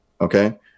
Okay